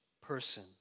person